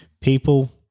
people